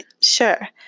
Sure